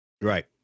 Right